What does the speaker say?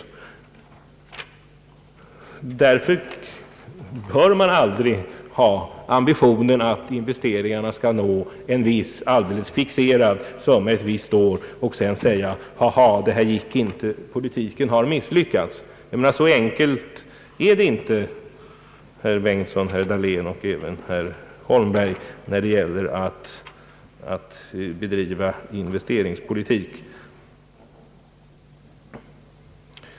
Därför bör man aldrig ha ambitionen, att investeringarna skall nå en fixerad summa ett visst år och sedan säga: Jaha, det gick inte, politiken har misslyckats! Så enkelt är det inte, herr Bengtson, herr Dahlén och även herr Holmberg, när det gäller att bedriva investeringspolitik.